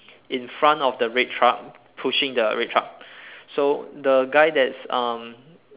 in front of the red truck pushing the red truck so the guy that's uh